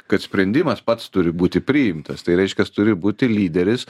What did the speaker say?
kad sprendimas pats turi būti priimtas tai reiškia turi būti lyderis